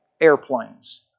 airplanes